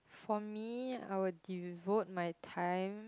for me I will devote my time